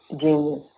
genius